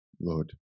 Lord